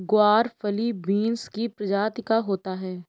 ग्वारफली बींस की प्रजाति का होता है